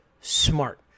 smart